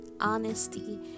honesty